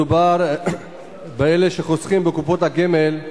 מדובר באלה שחוסכים בקופות הגמל,